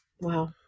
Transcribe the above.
Wow